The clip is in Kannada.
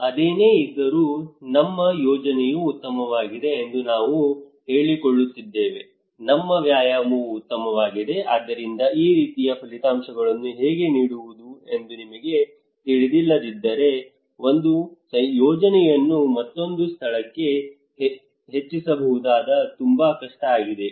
ಅದೇನೇ ಇದ್ದರೂ ನಮ್ಮ ಯೋಜನೆಯು ಉತ್ತಮವಾಗಿದೆ ಎಂದು ನಾವು ಹೇಳಿಕೊಳ್ಳುತ್ತಿದ್ದೇವೆ ನಮ್ಮ ವ್ಯಾಯಾಮವು ಉತ್ತಮವಾಗಿದೆ ಆದ್ದರಿಂದ ಈ ರೀತಿಯ ಫಲಿತಾಂಶಗಳನ್ನು ಹೇಗೆ ನೀಡುವುದು ಎಂದು ನಮಗೆ ತಿಳಿದಿಲ್ಲದಿದ್ದರೆ ಒಂದು ಯೋಜನೆಯನ್ನು ಮತ್ತೊಂದು ಸ್ಥಳಕ್ಕೆ ಹೆಚ್ಚಿಸುವುದು ತುಂಬಾ ಕಷ್ಟ ಆಗಿದೆ